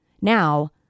Now